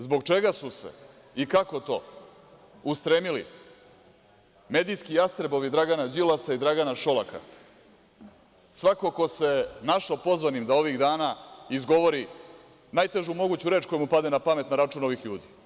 Zbog čega su se i kako to ustremili medijski jastrebovi Dragana Đilasa i Dragana Šolaka, svako ko se našao pozvanim da ovih dana izgovori najtežu moguću reč koja mu padne na pamet na račun ovih ljudi.